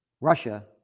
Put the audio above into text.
Russia